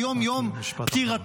שהיום יום פטירתו,